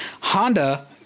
Honda